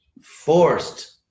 forced